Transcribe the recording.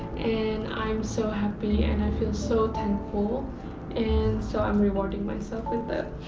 and i'm so happy and i feel so thankful and so i'm rewarding myself with that.